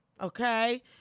okay